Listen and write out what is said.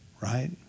Right